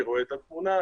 אני רואה את התמונה,